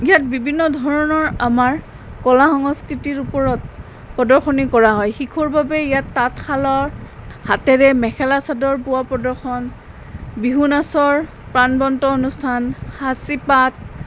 ইয়াত বিভিন্ন ধৰণৰ আমাৰ কলা সংস্কৃতিৰ ওপৰত প্ৰদৰ্শনী কৰা হয় শিশুৰ বাবে ইয়াত তাঁতশালৰ হাতেৰে মেখেলা চাদৰ বোৱা প্ৰদৰ্শন বিহু নাচৰ অনুষ্ঠান সাঁচিপাত